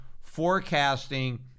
forecasting